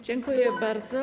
Dziękuję bardzo.